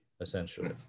essentially